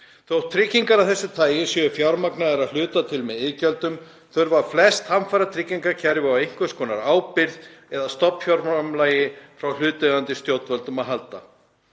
Þótt tryggingar af þessu tagi séu fjármagnaðar að hluta til með iðgjöldum þurfa flest hamfaratryggingakerfi á einhvers konar ábyrgð eða stofnfjárframlagi frá hlutaðeigandi stjórnvöldum að halda.